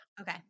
Okay